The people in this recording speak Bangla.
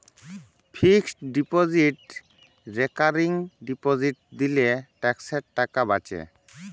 ফিক্সড ডিপজিট রেকারিং ডিপজিট দিলে ট্যাক্সের টাকা বাঁচে